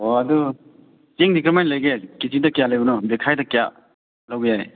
ꯑꯣ ꯑꯗꯨ ꯆꯦꯡꯗꯤ ꯀꯔꯃꯥꯏ ꯂꯩꯒꯦ ꯀꯦ ꯖꯤꯗ ꯀꯌꯥ ꯂꯩꯕꯅꯣ ꯕꯦꯈꯥꯏꯗ ꯀꯌꯥ ꯂꯧꯒꯦ